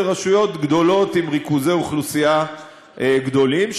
רשויות גדולות עם ריכוזי אוכלוסייה גדולים,